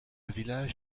village